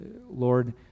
Lord